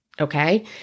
okay